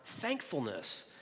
thankfulness